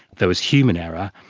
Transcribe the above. there was human error.